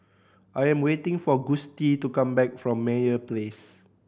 I'm waiting for Gustie to come back from Meyer Place